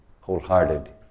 wholehearted